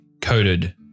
coated